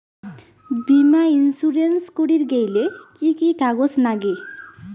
বীমা ইন্সুরেন্স করির গেইলে কি কি কাগজ নাগে?